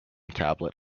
tablet